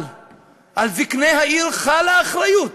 אבל על זקני העיר חלה אחריות